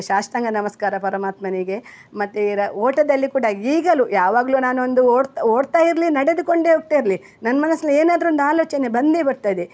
ಸಾಷ್ಟಾಂಗ ನಮಸ್ಕಾರ ಪರಮಾತ್ಮನಿಗೆ ಮತ್ತು ಇರ ಓಟದಲ್ಲಿ ಕೂಡ ಈಗಲೂ ಯಾವಾಗಲೂ ನಾನೊಂದು ಓಡ್ತಾ ಓಡ್ತಾ ಇರಲಿ ನಡೆದುಕೊಂಡೇ ಹೋಗ್ತಾ ಇರಲಿ ನನ್ನ ಮನಸ್ಲಿ ಏನಾದ್ರೂ ಒಂದು ಆಲೋಚನೆ ಬಂದೇ ಬರ್ತದೆ